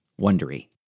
Wondery